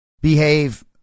behave